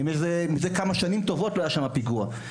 מזה כמה שנים טובות שלא היה שם פיגוע.